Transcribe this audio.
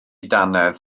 dannedd